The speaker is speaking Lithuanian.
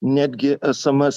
netgi es em es